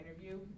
interview